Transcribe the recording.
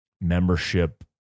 membership